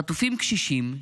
חטופים קשישים,